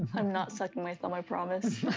i'm not sucking my thumb, i promise.